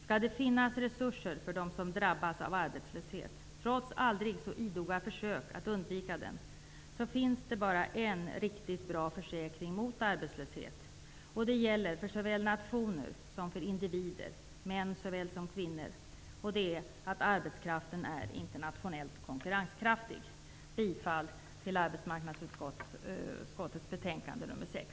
Skall det finnas resurser för dem som drabbas av arbetslöshet, trots aldrig så idoga försök att undvika den, finns bara en riktigt bra försäkring mot arbetslöshet. Det gäller för såväl nationer som för individer, män såväl som kvinnor, nämligen att arbetskraften är internationellt konkurrenskraftig. Jag yrkar bifall till hemställan i arbetsmarknadsutskottets betänkande AU6.